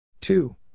Two